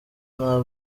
nta